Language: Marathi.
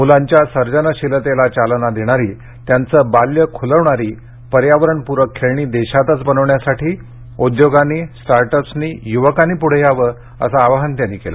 मुलांच्या सर्जनशीलतेला चालना देणारी त्यांचं बाल्य खुलवणारी पर्यावरणपूरक खेळणी देशातच बनवण्यासाठी उद्योगांनी स्टार्टअप्सनी युवकांनी पुढे यावं असं आवाहन त्यांनी केलं